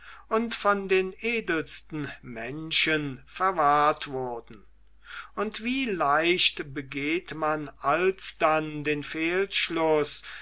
und von den edelsten menschen verwahrt wurden und wie leicht begeht man alsdann den fehlschluß